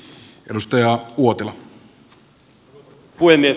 arvoisa puhemies